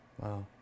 Wow